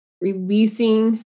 releasing